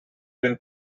been